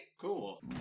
Cool